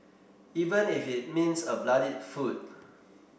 even if it means a bloodied foot